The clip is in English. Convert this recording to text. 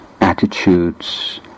attitudes